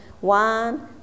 One